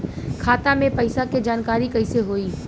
खाता मे पैसा के जानकारी कइसे होई?